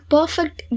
Perfect